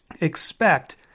expect